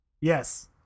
yes